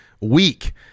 week